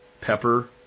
pepper